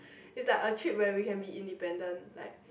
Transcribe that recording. is like a trip where we can be independent like